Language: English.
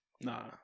Nah